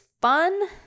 fun